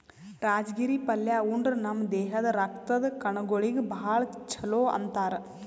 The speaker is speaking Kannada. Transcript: ರಾಜಗಿರಿ ಪಲ್ಯಾ ಉಂಡ್ರ ನಮ್ ದೇಹದ್ದ್ ರಕ್ತದ್ ಕಣಗೊಳಿಗ್ ಭಾಳ್ ಛಲೋ ಅಂತಾರ್